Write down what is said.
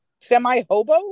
semi-hobo